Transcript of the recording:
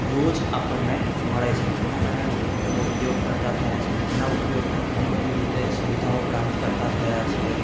રોજ આપણને મળે છે જેના કારણે લોકો તેનો ઉપયોગ કરતાં થયા છે તેના ઉપયોગથી ઘણી બધી રીતે સુવિધાઓ પ્રાપ્ત કરતાં થયા છે